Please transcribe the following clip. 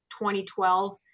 2012